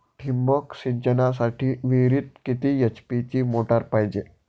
ठिबक सिंचनासाठी विहिरीत किती एच.पी ची मोटार पायजे?